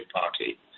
Party